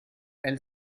elle